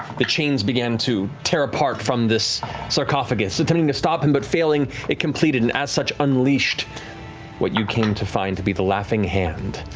the chains began to tear apart from this sarcophagus. attempting to stop him but failing, it completed and as such, unleashed what you came to find to be the laughing hand.